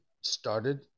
started